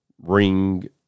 ring